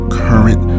current